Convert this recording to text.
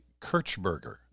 Kirchberger